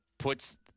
puts